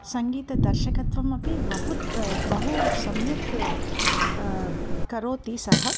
सङ्गीतदर्शकत्वमपि बहु बहु सम्यक् करोति सः